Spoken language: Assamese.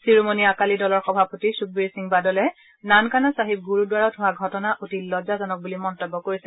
শিৰোমণি আকালি দলৰ সভাপতি ছুকবীৰ সিং বাদলে নানকানা ছাহিব গুৰুদ্বাৰত হোৱা ঘটনা অতি লজ্জাজনক বুলি মন্তব্য কৰিছে